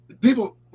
People